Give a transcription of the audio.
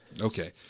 Okay